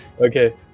Okay